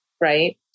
Right